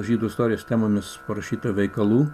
žydų istorijos temomis parašytų veikalų